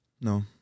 no